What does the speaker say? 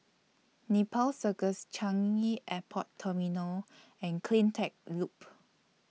Nepal Circus Changi Airport Terminal and CleanTech Loop